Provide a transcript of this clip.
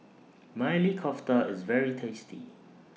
Maili Kofta IS very tasty